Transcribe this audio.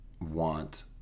want